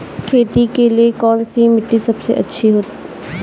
खेती के लिए कौन सी मिट्टी सबसे अच्छी है?